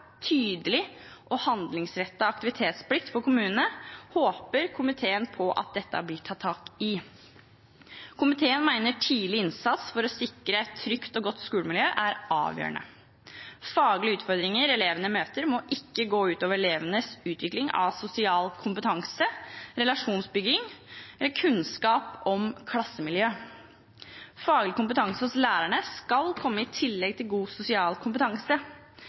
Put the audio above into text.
tydelig og handlingsrettet aktivitetsplikt for kommunene, håper komiteen at dette blir tatt tak i. Komiteen mener tidlig innsats for å sikre et trygt og godt skolemiljø er avgjørende. Faglige utfordringer elevene møter, må ikke gå ut over elevenes utvikling av sosial kompetanse, relasjonsbygging og kunnskap om klassemiljø. Faglig kompetanse hos lærerne skal komme i tillegg til god sosial kompetanse.